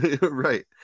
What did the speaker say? Right